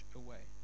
away